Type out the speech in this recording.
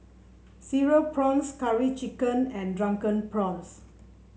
Cereal Prawns Curry Chicken and Drunken Prawns